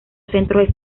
centros